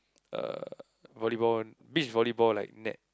uh volleyball beach volleyball like net